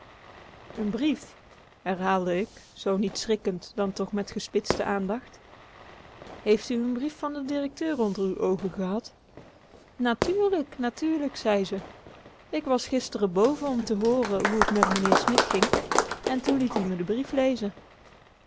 brief herhaalde ik zoo niet schrikkend dan toch met gespitste aandacht heeft u n brief van den directeur onder uw oogen gehad natuurlijk natuurlijk zei ze ik was gisteren boven om te hooren hoe t met meneer smit ging en toe liet ie me de brief lezen